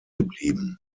geblieben